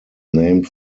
named